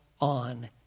on